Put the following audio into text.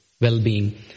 well-being